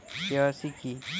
KYC কি?